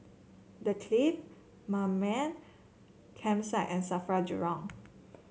The Clift Mamam Campsite and Safra Jurong